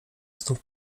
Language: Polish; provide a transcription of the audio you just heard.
znów